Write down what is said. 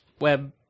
web